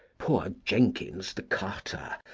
poor jenkins the carter,